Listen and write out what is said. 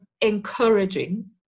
encouraging